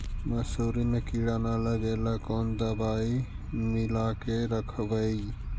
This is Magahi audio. मसुरी मे किड़ा न लगे ल कोन दवाई मिला के रखबई?